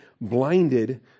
blinded